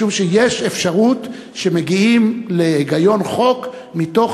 משום שיש אפשרות שמגיעים להיגיון בחוק מתוך